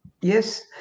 Yes